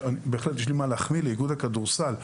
אני רוצה להחמיא לאיגוד הכדורסל.